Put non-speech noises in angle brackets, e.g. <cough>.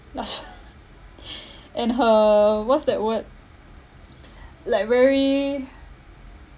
lust <laughs> and her what's that word <noise> like very